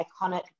iconic